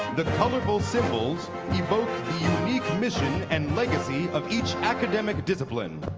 the colorful symbols evoke the unique mission and legacy of each academic discipline.